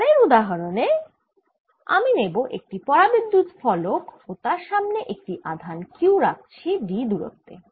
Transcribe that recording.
পরের উদাহরনে আমি নেব একটি পরাবিদ্যুত ফলক ও তার সামনে একটি আধান q রাখছি d দুরত্বে